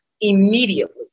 immediately